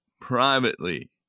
privately